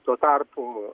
tuo tarpu